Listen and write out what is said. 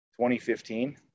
2015